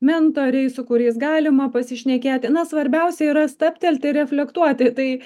mentoriai su kuriais galima pasišnekėti na svarbiausia yra stabtelti reflektuoti tai